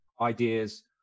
ideas